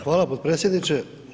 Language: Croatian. Hvala potpredsjedniče.